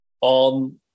on